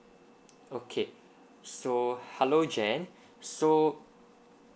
okay so hello Jan so